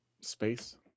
space